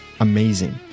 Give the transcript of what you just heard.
amazing